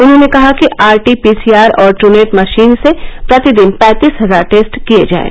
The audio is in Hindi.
उन्होंने कहा कि आरटीपीसीआर और ट्रनेट मशीन से प्रतिदिन पैंतीस हजार टेस्ट किए जाएं